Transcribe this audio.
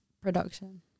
production